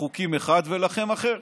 חוקים אחד ולכם, אחר.